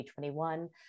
2021